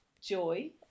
joy